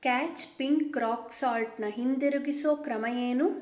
catch pink rock ಸಾಲ್ಟ್ನ ಹಿಂದಿರುಗಿಸೋ ಕ್ರಮ ಏನು